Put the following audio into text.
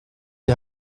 die